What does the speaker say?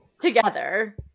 Together